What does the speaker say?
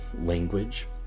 language